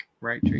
right